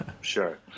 Sure